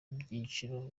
byiciro